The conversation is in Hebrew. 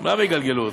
מה יגלגלו אותך?